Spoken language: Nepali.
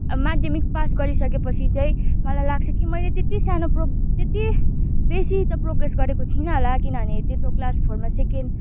माध्यामिक पास गरिसकेपछि चाहिँ मलाई लाग्छ कि मैले त्यत्ति सानो प्रो त्यत्ति बेसी त प्रोग्रेस गरेको थिइनँ होला किनभने त्यो त क्लास फोरमा सेकेन्ड